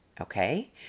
okay